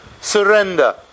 surrender